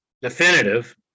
Definitive